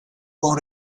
buon